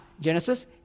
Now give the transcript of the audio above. Genesis